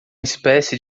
espécie